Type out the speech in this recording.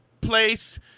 place